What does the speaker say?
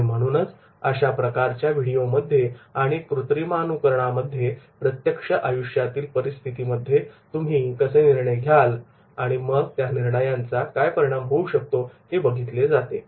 आणि म्हणूनच अशाप्रकारच्या व्हिडिओमध्ये आणि कृत्रिमानुकरणमध्ये प्रत्यक्ष आयुष्यातील परिस्थितीमध्ये तुम्ही कसे निर्णय घ्याल आणि मग त्या निर्णयांचा काय परिणाम होऊ शकतो हे बघितले जाते